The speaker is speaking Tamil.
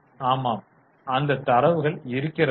ஆமாம் அந்த தரவுகள் இருக்கிறதா